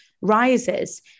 rises